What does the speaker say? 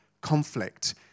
conflict